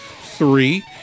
Three